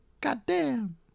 Goddamn